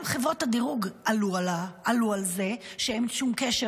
גם חברות הדירוג עלו על זה שאין שום קשר